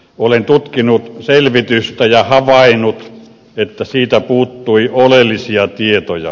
olen tutkinut selvitystä ja havainnut että siitä puuttui oleellisia tietoja